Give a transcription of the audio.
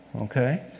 Okay